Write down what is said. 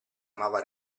amava